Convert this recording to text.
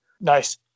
Nice